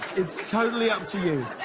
it's totally up to you.